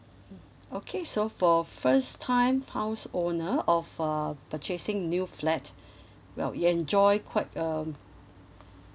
mm okay so for first time house owner of uh purchasing new flat well you enjoy quite um